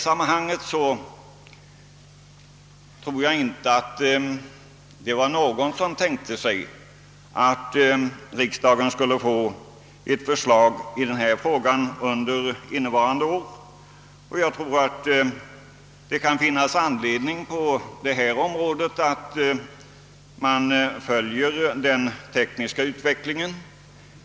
Jag tror dock inte att det var någon som tänkte sig att riksdagen skulle få ett förslag i den här frågan under innevarande år. Det kan finnas anledning att på detta område avvakta den tekniska utvecklingen.